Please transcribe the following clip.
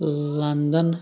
London